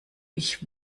ich